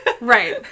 Right